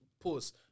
pause